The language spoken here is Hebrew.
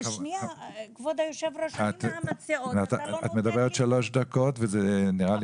כבוד היושב-ראש --- את מדברת שלוש דקות וזה נראה לי מספיק.